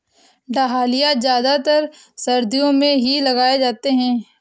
dahlia ज्यादातर सर्दियो मे ही लगाये जाते है